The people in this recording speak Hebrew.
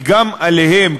כי גם עליהם,